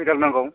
खैदाल नांगौ